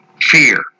fear